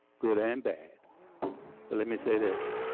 good and bad. but let me say this.